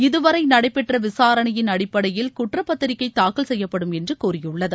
இதுவரை நடைபெற்ற விசாரணையின் அடிப்படையில் குற்றப்பத்திரிகை தாக்கல் செய்யப்படும் என்று கூறியுள்ளது